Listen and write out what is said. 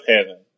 heaven